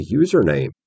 username